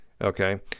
okay